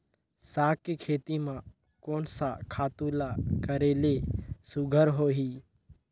साग के खेती म कोन स खातु ल करेले सुघ्घर होही?